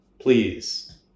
please